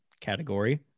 category